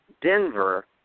Denver